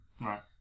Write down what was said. right